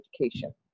Education